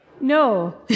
No